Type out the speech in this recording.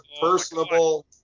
personable